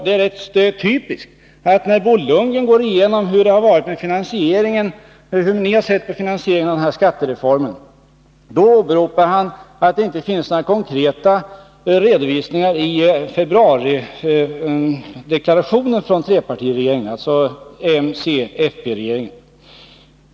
Det är rätt typiskt att Bo Lundgren, när han har gått igenom hur vi har sett på finansieringen, åberopar att det inte finns några konkreta redovisningar i februarideklarationen från trepartiregeringen — alltså mc fp-regeringen.